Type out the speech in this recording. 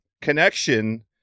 connection